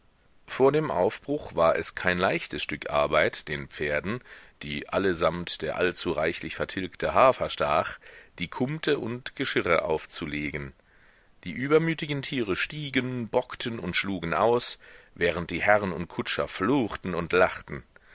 vor dem aufbruch war es kein leichtes stück arbeit den pferden die allesamt der allzu reichlich vertilgte hafer stach die kumte und geschirre aufzulegen die übermütigen tiere stiegen bockten und schlugen aus während die herren und kutscher fluchten und lachten